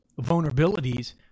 vulnerabilities